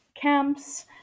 camps